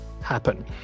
happen